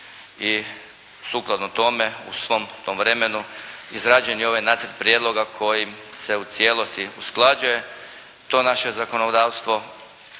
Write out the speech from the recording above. I sukladno tome u svom tom vremenu izrađen je ovaj nacrt prijedloga koji se u cijelosti usklađuje to naše zakonodavstvo